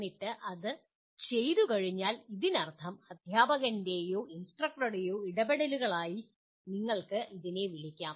എന്നിട്ട് അത് ചെയ്തുകഴിഞ്ഞാൽ ഇതിനർത്ഥം അധ്യാപകൻ്റെയോ ഇൻസ്ട്രക്ടറുടെയോ ഇടപെടലുകളായി നിങ്ങൾക്ക് ഇതിനെ വിളിക്കാം